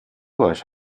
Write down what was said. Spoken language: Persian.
باهاش